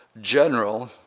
general